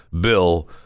Bill